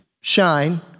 shine